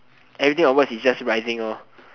everything onwards is just rising lor